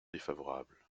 défavorable